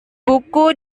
buku